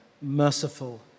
merciful